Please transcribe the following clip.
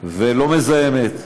ולא מזהמת,